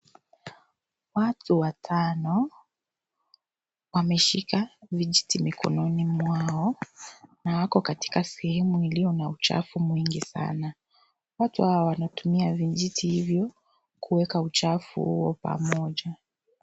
Watu watano wameshika vijiti mikononi mwao na wako katika sehemu iliyo na uchafu mwingi sana, watu hao wanatumia vijiti hivyo kuweka uchafu pamoja.